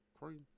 Cream